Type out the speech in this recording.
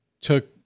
took